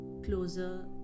closer